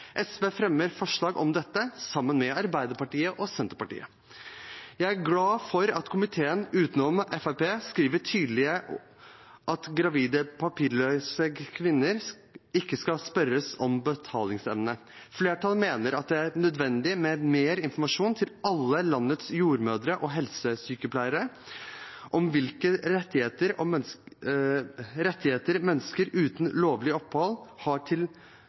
SV fremmer forslag om dette sammen med Arbeiderpartiet og Senterpartiet. Jeg er glad for at komiteen, utenom Fremskrittspartiet, skriver tydelig at gravide papirløse kvinner ikke skal spørres om betalingsevne. Flertallet mener det er nødvendig med mer informasjon til alle landets jordmødre og helsesykepleiere om hvilke rettigheter til nødvendig helsehjelp mennesker uten lovlig opphold har.